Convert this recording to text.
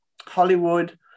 hollywood